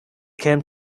came